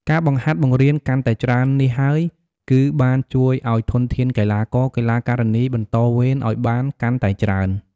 ការបង្ហាត់បង្រៀនកាន់តែច្រើននេះហើយ គឺបានជួយអោយធនធានកីឡាករ-កីឡាការិនីបន្តវេនឱ្យបានកាន់តែច្រើន។